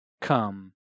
come